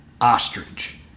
Ostrich